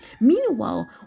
meanwhile